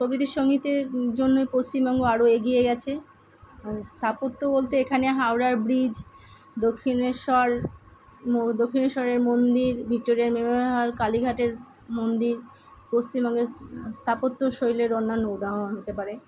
প্রভৃতির সঙ্গীতের জন্যই পশ্চিমবঙ্গ আরও এগিয়ে গেছে আর স্থাপত্য বলতে এখানে হাওড়ার ব্রিজ দক্ষিণেশ্বর মো দক্ষিণেশ্বরের মন্দির ভিক্টোরিয়া মেমোরিয়াল হল কালীঘাটের মন্দির পশ্চিমবঙ্গের স্থাপত্যশৈলের অন্যান্য উদাহরণ হতে পারে